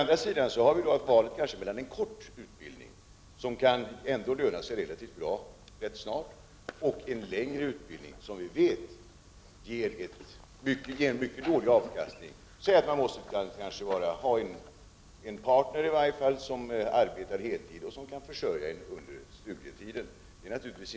Det finns emellertid också ett val mellan en kort utbildning, som ändå kan löna sig relativt bra ganska snart, och en lång utbildning, som vi vet ger mycket dålig avkastning, och man måste kanske ha en partner som arbetar heltid för att försörja en under studietiden.